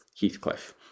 Heathcliff